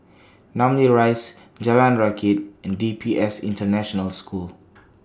Namly Rise Jalan Rakit and D P S International School